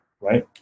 right